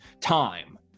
time